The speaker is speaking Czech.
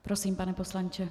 Prosím, pane poslanče.